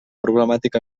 problemàtica